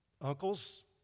Uncles